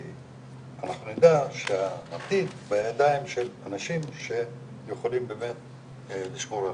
כי אנחנו נדע שהעתיד בידיים של אנשים שיכולים לשמור עלינו.